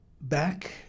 back